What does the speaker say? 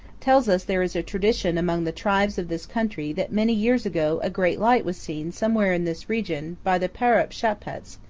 tells us there is a tradition among the tribes of this country that many years ago a great light was seen somewhere in this region by the paru'shapats,